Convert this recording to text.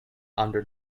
under